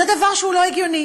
זה דבר שהוא לא הגיוני.